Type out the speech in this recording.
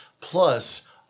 plus